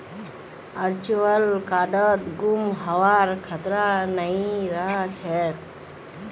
virtual कार्डत गुम हबार खतरा नइ रह छेक